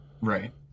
Right